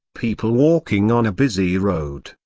people walking on a busy road,